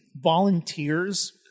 Volunteers